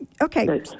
okay